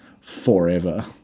forever